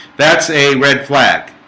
that's a red flag